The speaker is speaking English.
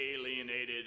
alienated